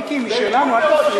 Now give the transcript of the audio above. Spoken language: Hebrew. מיקי, היא משלנו, אל תפריע.